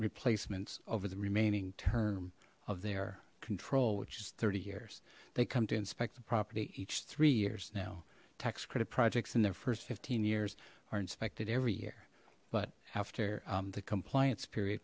replacements over the remaining term of their control which is thirty years they come to inspect the property each three years now tax credit projects in their first fifteen years are inspected every year but after the compliance period